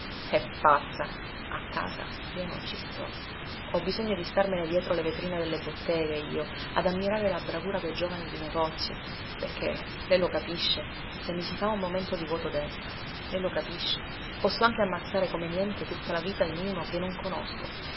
è pazza a casa io non ci sto ho bisogno di starmene dietro le vetrine delle botteghe io ad ammirare la bravura dei giovani di negozio perché lei lo capisce se mi si fa un momento di vuoto dentro lei lo capisce posso anche ammazzare come niente tutta la vita in uno che non conosco